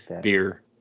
beer